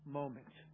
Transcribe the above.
moment